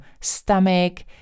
stomach